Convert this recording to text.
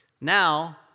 Now